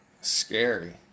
Scary